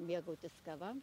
mėgautis kava